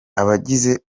abagize